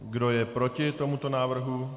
Kdo je proti tomuto návrhu?